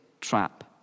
trap